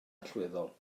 allweddol